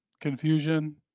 confusion